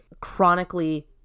chronically